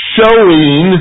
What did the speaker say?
Showing